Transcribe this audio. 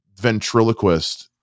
Ventriloquist